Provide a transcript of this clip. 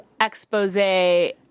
expose